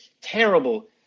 terrible